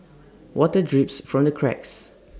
water drips from the cracks